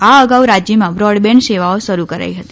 આ અગાઉ રાજ્યમાં બ્રોડબેન્ડ સેવાઓ શરૂ કરાઈ હતી